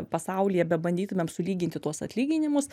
pasaulyje bebandytumėm sulyginti tuos atlyginimus